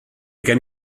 gen